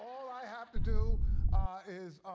i have to do is